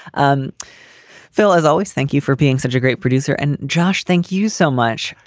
um phil, as always, thank you for being such a great producer. and josh, thank you so much.